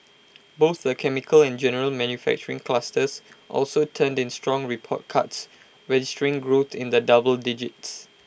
both the chemicals and general manufacturing clusters also turned in strong report cards registering growth in the double digits